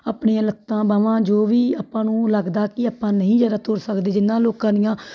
ਆਪਣੀਆਂ ਲੱਤਾਂ ਬਾਹਾਂ ਜੋ ਵੀ ਆਪਾਂ ਨੂੰ ਲੱਗਦਾ ਕਿ ਆਪਾਂ ਨਹੀਂ ਜ਼ਿਆਦਾ ਤੁਰ ਸਕਦੇ ਜਿਹਨਾਂ ਲੋਕਾਂ ਦੀਆਂ